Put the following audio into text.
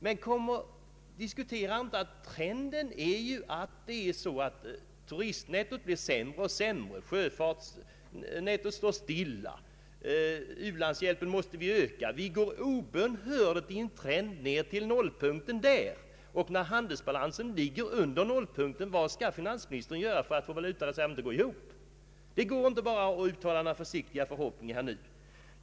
Men han nämnde inte att trenden är sådan att turistnettot blir sämre och sämre, sjöfartsnettot står still och u-landshjälpen måste ökas, dvs. att trenden obönhörligt går mot nollpunkten. Vad skall finansministern göra för att få valutareserven att gå ihop när handelsbalansen ligger under nollpunkten? Det går inte att nu endast uttala några försiktiga förhoppningar!